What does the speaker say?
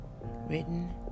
written